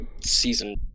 season